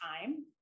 time